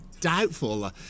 doubtful